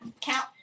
Count